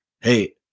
hey